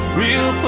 real